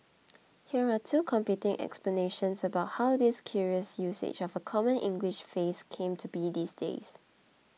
here are two competing explanations about how this curious usage of a common English phrase came to be these days